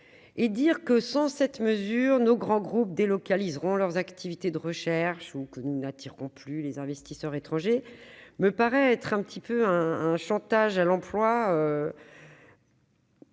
Dire que, sans cette mesure, nos grands groupes délocaliseront leurs activités de recherche ou que nous n'attirerons plus les investisseurs étrangers est un chantage à l'emploi